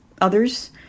others